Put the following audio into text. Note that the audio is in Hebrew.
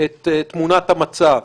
את תמונת המצב.